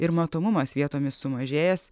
ir matomumas vietomis sumažėjęs